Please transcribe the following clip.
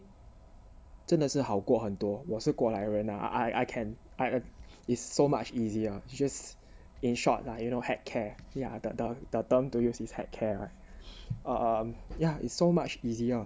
真的是好过很多我是过来人 lah I can~ I is so much easier just in short lah you know heck care yeah the term the term to use is heck care lah uh yeah it's so much easier